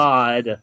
God